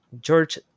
George